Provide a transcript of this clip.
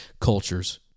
cultures